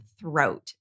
throat